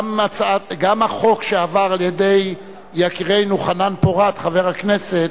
גם החוק שעבר על-ידי יקירנו חנן פורת, חבר הכנסת,